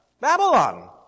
Babylon